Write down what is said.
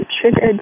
triggered